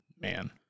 Man